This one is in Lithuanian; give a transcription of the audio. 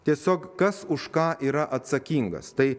tiesiog kas už ką yra atsakingas tai